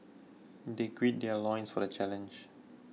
they gird their loins for the challenge